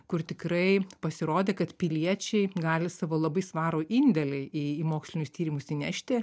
kur tikrai pasirodė kad piliečiai gali savo labai svarų indėlį į mokslinius tyrimus įnešti